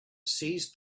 seized